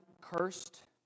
cursed